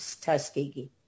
Tuskegee